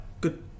good